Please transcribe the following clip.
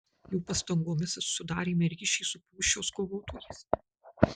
jų pastangomis sudarėme ryšį su pūščios kovotojais